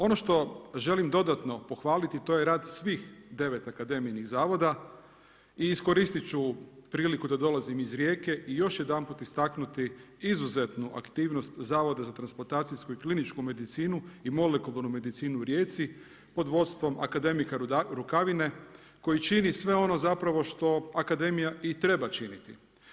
Ono što želim dodatno pohvaliti to je rad svih 9 Akademijinih zavoda i iskoristiti ću priliku da dolazim iz Rijeke i još jedanput istaknuti izuzetnu aktivnost zavoda za transplantacijsku i kliničku medinicu i molekularnu medicinu u Rijeci pod vodstvom akademika Rukavine koji čini sve ono zapravo što Akademija i treba činiti.